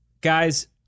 Guys